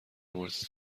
مورد